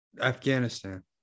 Afghanistan